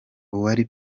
uwari